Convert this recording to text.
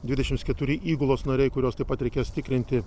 dvidešims keturi įgulos nariai kuriuos taip pat reikės tikrinti